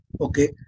Okay